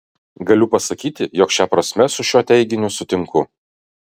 galiu pasakyti jog šia prasme su šiuo teiginiu sutinku